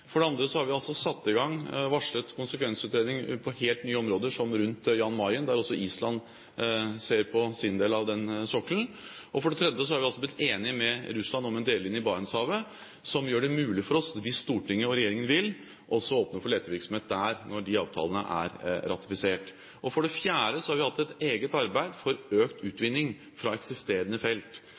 For det andre har vi varslet konsekvensutredninger på helt nye områder, som rundt Jan Mayen, der også Island ser på sin del av sokkelen. For det tredje har vi blitt enige med Russland om en delelinje i Barentshavet som gjør det mulig for oss, hvis Stortinget og regjeringen vil, også å åpne for letevirksomhet der, når de avtalene er ratifisert. For det fjerde har vi hatt et eget arbeid for økt utvinning fra eksisterende felt.